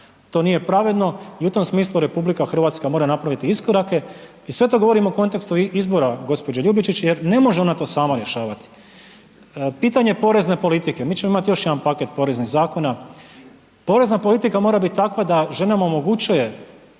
To nije pravedno i u tom smislu RH mora napraviti iskorake i sve to govorim u kontekstu izbora gospođe Ljubičić jer ne može ona to sama rješavati. Pitanje porezne politike. Mi ćemo imati još jedan paket poreznih zakona, porezna politika mora biti takva da ženama omogućuje